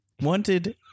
Wanted